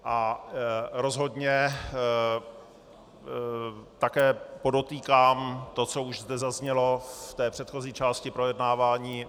A rozhodně také podotýkám to, co už zde zaznělo v předchozí části projednávání.